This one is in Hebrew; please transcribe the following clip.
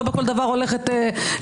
לא בכל דבר הולכת לרב.